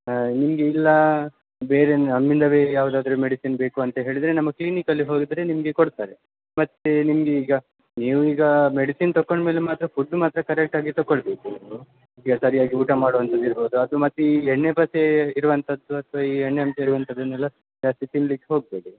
ನಿಮಗೆ ಇಲ್ಲಾ ಬೇರೇನೆ ನಮ್ಮಿಂದಲೇ ಯಾವುದಾದ್ರು ಮೆಡಿಸಿನ್ ಬೇಕು ಅಂತ ಹೇಳಿದರೆ ನಮ್ಮ ಕ್ಲೀನಿಕಲ್ಲಿ ಹೋಗಿದ್ರೆ ನಿಮಗೆ ಕೊಡ್ತಾರೆ ಮತ್ತು ನಿಮಗೀಗ ನೀವೀಗಾ ಮೆಡಿಸಿನ್ ತಕೊಂಡು ಮೇಲು ಮಾತ್ರ ಫುಡ್ದು ಮಾತ್ರ ಕರೆಕ್ಟಾಗಿ ತಗೋಳ್ಬೇಕು ನೀವು ಈಗ ಸರಿಯಾಗಿ ಊಟ ಮಾಡುವಂಥದ್ ಇರ್ಬೋದು ಅದು ಮತ್ತು ಈ ಎಣ್ಣೆ ಪಸೇ ಇರುವಂಥದ್ ಅಥ್ವ ಈ ಎಣ್ಣೆ ಅಂಶ ಇರುವಂಥದನೆಲ್ಲ ಜಾಸ್ತಿ ತಿನ್ಲಿಕ್ಕೆ ಹೋಗಬೇಡಿ